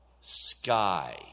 sky